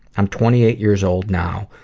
i'm twenty eight years old now.